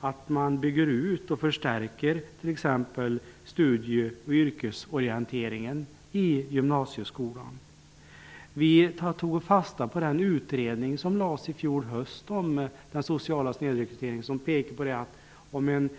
att man bygger ut och förstärker t.ex. studie och yrkesorienteringen i gymnasieskolan. Vi har tagit fasta på den utredning om den sociala snedrekryteringen som lades fram i fjol höst.